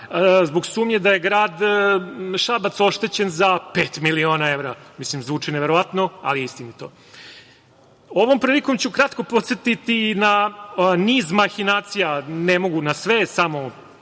zbog sumnje da je grad Šabac oštećen za pet miliona evra. Zvuči neverovatno, ali istinito. Ovom prilikom ću kratko podsetiti na niz mahinacija, ne mogu na sve, samo